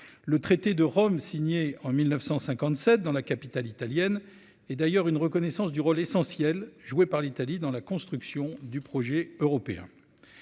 le traité de Rome signé en 1957 dans la capitale italienne et d'ailleurs, une reconnaissance du rôle essentiel joué par l'Italie dans la construction du projet européen,